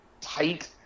tight